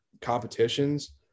competitions